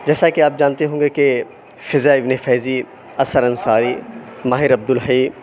جیسا کہ آپ جانتے ہوں گے کہ فضا اِبن فیضی اثرانصاری ماہرعبد الحی